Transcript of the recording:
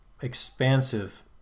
expansive